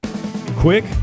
Quick